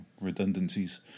redundancies